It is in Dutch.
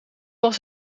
was